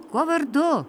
kuo vardu